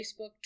Facebook